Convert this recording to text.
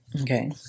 okay